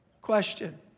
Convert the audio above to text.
Question